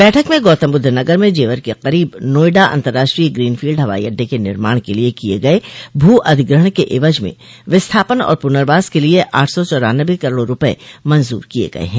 बैठक में गौतमबुद्ध नगर में जेवर के करीब नोएडा अतर्राष्ट्रीय ग्रीन फील्ड हवाई अड्डे के निर्माण के लिये किये गये भू अधिग्रहण के एवज में विस्थापन और पुनर्वास के लिये आठ सौ चौरानवे करोड़ रूपये मंजूर किये गये हैं